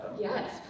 Yes